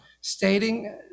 stating